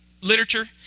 literature